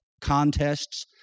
contests